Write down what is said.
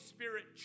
Spirit